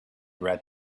read